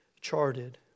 charted